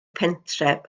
pentref